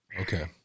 Okay